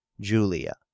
Julia